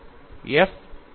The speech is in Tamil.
நீங்கள் எஃப்